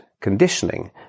conditioning